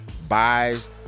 Buys